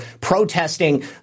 protesting